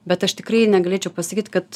bet aš tikrai negalėčiau pasakyt kad